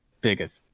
biggest